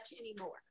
anymore